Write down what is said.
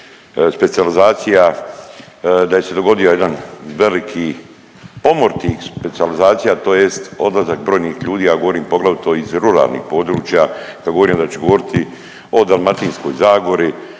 da se dogodio jedan veliki pomor tih specijalizacija tj. odlazak brojnih ljudi ja govorim poglavito iz ruralnih područja. Ja govorim da ću govoriti o Dalmatskoj zagori,